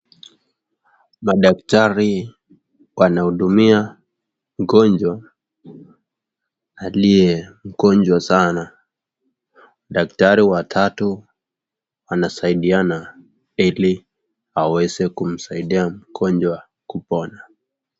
Madaktari wanamhudumia mgonjwa aliye mgonjwa sana, daktari wa tatu anasaidiana ili aweze kumsaidia mgonjwa kupona.